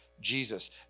Jesus